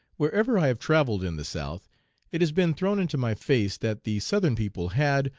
wherever i have travelled in the south it has been thrown into my face that the southern people had,